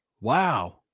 Wow